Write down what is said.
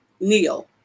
Neil